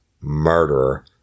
murderer